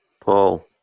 paul